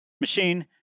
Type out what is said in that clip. machine